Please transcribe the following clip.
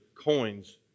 coins